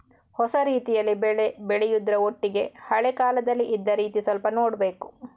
ಹೊಸ ರೀತಿಯಲ್ಲಿ ಬೆಳೆ ಬೆಳೆಯುದ್ರ ಒಟ್ಟಿಗೆ ಹಳೆ ಕಾಲದಲ್ಲಿ ಇದ್ದ ರೀತಿ ಸ್ವಲ್ಪ ನೋಡ್ಬೇಕು